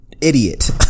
Idiot